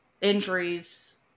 injuries